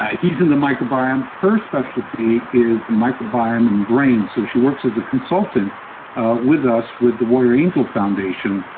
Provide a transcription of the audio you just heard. ah he's in the microbiome. her specialty is microbiome in and brain. so she works as a consultant with us, with the warrior angel foundation.